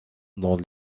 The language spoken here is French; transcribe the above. dans